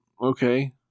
okay